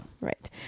Right